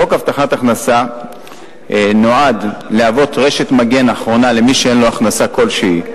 חוק הבטחת הכנסה נועד להוות רשת מגן אחרונה למי שאין לו הכנסה כלשהי,